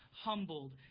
humbled